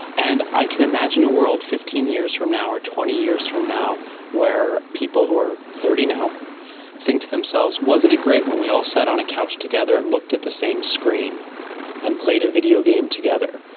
and i can imagine a world fifteen years from now or twenty years from now where people who are thirty now think to themselves wasn't it great when we all sat on a couch together and looked at the same screen and played a videogame together.